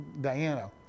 Diana